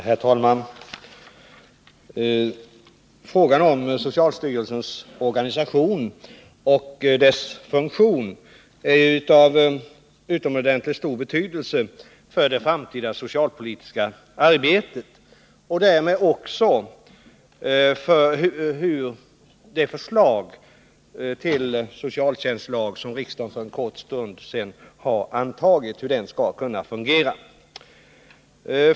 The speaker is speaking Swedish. Herr talman! Frågan om socialstyrelsens organisation och funktion är av utomordentligt stor betydelse för det framtida socialpolitiska arbetet och därmed också för hur den socialtjänstlag som riksdagen för en kort stund sedan antog skall kunna fungera.